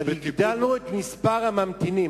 אבל הגדלנו את מספר הממתינים,